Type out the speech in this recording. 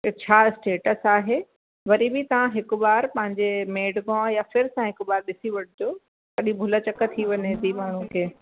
छा स्टेटस आहे वरी बि तव्हां हिकु बार पंहिंजे मेड खां या फ़िर सां हिकु बार ॾिसी वठिजो कॾहिं भुल चुक थी वञे थी माण्हू खे